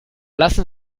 lassen